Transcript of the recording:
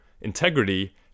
integrity